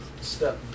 step